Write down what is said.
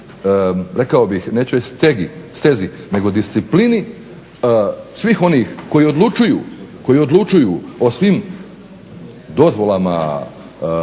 rekao bih stezi nego disciplini svih onih koji odlučuju o svim dozvolama,